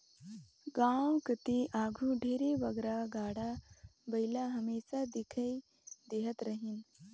गाँव कती आघु ढेरे बगरा गाड़ा बइला हमेसा दिखई देहत रहिन